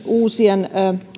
uusien